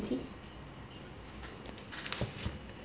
see